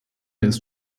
ist